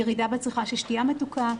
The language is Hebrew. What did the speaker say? ירידה בצריכה של שתייה מתוקה.